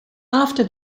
after